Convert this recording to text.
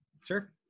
Sure